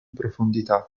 profondità